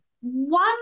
one